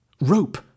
Rope